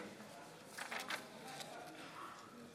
אינו נוכח עמית הלוי,